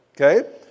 okay